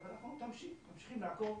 אנחנו ממשיכים לעקוב,